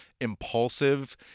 impulsive